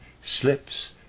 slips